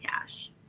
cash